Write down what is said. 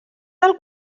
del